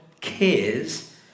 cares